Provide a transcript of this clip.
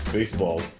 Baseball